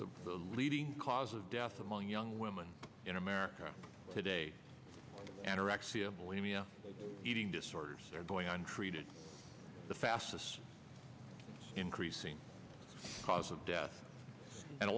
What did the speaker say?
the leading cause of death among young women in america today anorexia bulimia eating disorders are going on treated the fastest increasing cause of death and